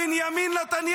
--- עליזה.